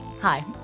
Hi